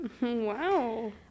Wow